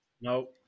No